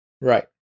Right